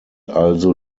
also